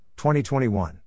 2021